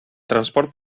transport